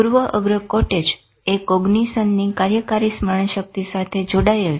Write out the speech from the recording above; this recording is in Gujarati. પૂર્વ અગ્ર કોટેજએ કોગનીસનની કાર્યકારી સ્મરણ શક્તિ સાથે જોડાયેલ છે